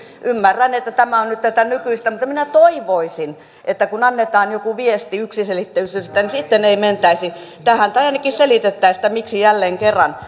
ymmärrän että tämä on nyt tätä nykyistä mutta minä toivoisin että kun annetaan joku viesti yksiselitteisyydestä niin sitten ei mentäisi tähän tai ainakin selitettäisiin miksi jälleen kerran